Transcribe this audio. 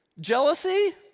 Jealousy